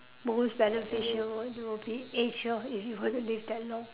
most beneficial one would be age lor if you want to live that long